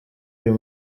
uyu